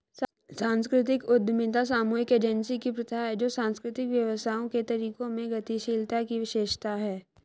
सांस्कृतिक उद्यमिता सामूहिक एजेंसी की प्रथा है जो सांस्कृतिक व्यवसायों के तरीकों में गतिशीलता की विशेषता है